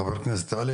חבר הכנסת עלי,